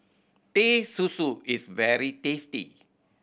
Teh Susu is very tasty